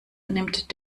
nimmt